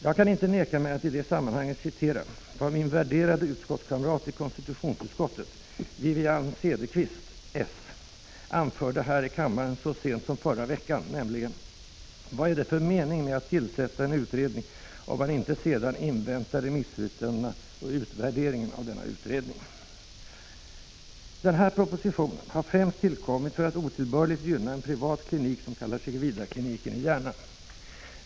Jag kan inte neka mig att i det sammanhanget citera vad min värderade utskottskamrat i konstitutionsutskottet Wivi-Anne Cederqvist anförde här i kammaren så sent som förra veckan: ”Vad är det för mening med att tillsätta en utredning om man sedan inte inväntar remissyttrandena och utvärderingen av denna utredning?” Den här propositionen har främst tillkommit för att otillbörligt gynna en privat klinik, som kallar sig Vidarkliniken, i Järna.